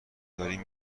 داریم